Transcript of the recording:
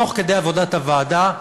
תוך כדי עבודת הוועדה,